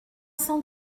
cent